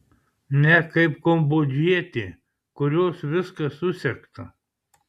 ne kaip kambodžietė kurios viskas susegta